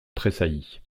tressaillit